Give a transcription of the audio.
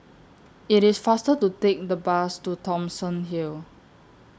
IT IS faster to Take The Bus to Thomson Hill